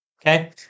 okay